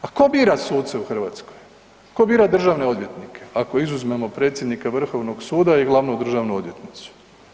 A tko bira suce u Hrvatskoj, tko bira državne odvjetnike, ako izuzmemo predsjednika Vrhovnog suda i glavnu državnu odvjetnicu?